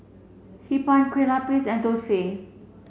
Hee Pan Kueh Lupis and Thosai